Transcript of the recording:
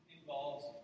involves